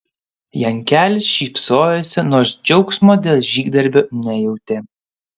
jankelis šypsojosi nors džiaugsmo dėl žygdarbio nejautė